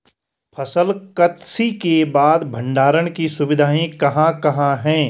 फसल कत्सी के बाद भंडारण की सुविधाएं कहाँ कहाँ हैं?